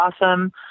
awesome